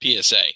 psa